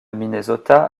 minnesota